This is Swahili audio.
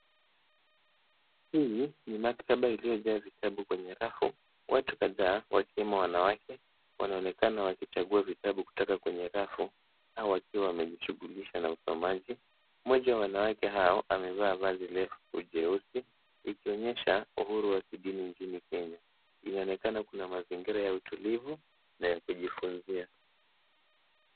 Huu ni maktaba iliyojaa vitabu kwenye rafu, watu kadhaa wakiwemo wanawake wanaonekana wakichagua vitabu kutoka kwenye rafu au wakiwa wanajishugulisha na usomaji, mmoja wa wanawake hao amevaa vazi refu jeusi ikionyesha uhuru wa kidini nchini Kenya. Inaonekana kuna mazingira ya utulivu na ya kujifunzia.